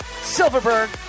Silverberg